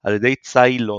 על ידי צאי לון,